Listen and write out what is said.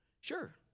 Sure